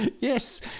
Yes